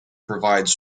provides